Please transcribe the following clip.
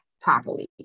properly